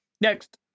Next